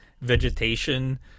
vegetation